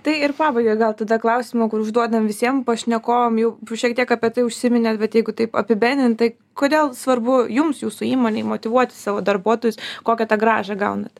tai ir pabaigai gal tada klausimą kurį užduodam visiem pašnekovam jau šiek tiek apie tai užsiminėt bet jeigu taip apibendrintai kodėl svarbu jums jūsų įmonei motyvuoti savo darbuotojus kokią tą grąžą gaunat